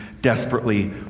desperately